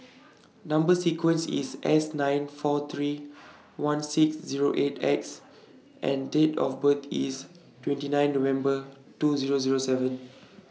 Number sequence IS S nine four three one six Zero eight X and Date of birth IS twenty nine November two Zero Zero seven